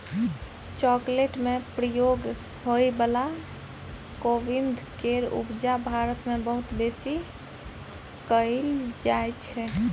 chocolate में प्रयोग होइ बला कोविंद केर उपजा भारत मे बहुत बेसी कएल जाइ छै